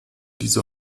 diese